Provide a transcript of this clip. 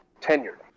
tenure